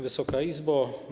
Wysoka Izbo!